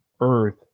Earth